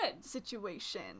...situation